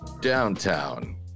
downtown